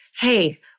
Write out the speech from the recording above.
hey